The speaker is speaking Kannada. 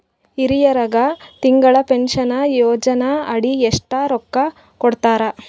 ಹಿರಿಯರಗ ತಿಂಗಳ ಪೀನಷನಯೋಜನ ಅಡಿ ಎಷ್ಟ ರೊಕ್ಕ ಕೊಡತಾರ?